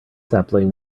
sapling